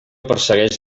persegueix